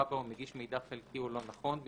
או מגיש מידע חלקי או לא נכון,